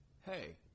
hey